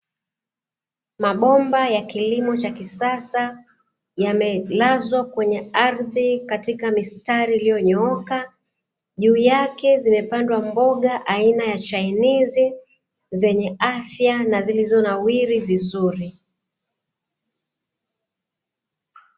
Mabomba ya kilimo cha kisasa yamelazwa kwenye ardhi katika mistari, iliyo nyooka juu yake zimepandwa mboga aina aina ya chainizi zenye afya na zilizonawiri vizuri.